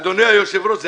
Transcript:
אדוני היושב-ראש,